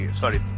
sorry